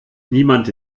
niemand